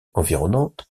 environnante